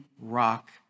rock